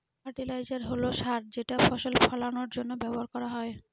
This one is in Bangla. ফার্টিলাইজার হল সার যেটা ফসল ফলানের জন্য ব্যবহার করা হয়